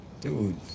dude